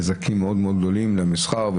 שגורם לנזקים מאוד מאוד גדולים למסחר,